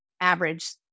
average